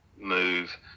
move